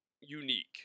unique